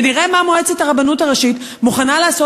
ונראה מה מועצת הרבנות הראשית מוכנה לעשות